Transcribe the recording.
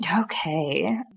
Okay